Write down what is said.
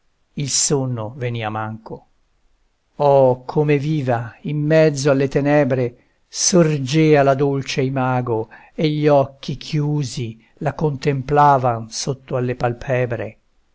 il sonno venia manco oh come viva in mezzo alle tenebre sorgea la dolce imago e gli occhi chiusi la contemplavan sotto alle palpebre